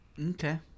Okay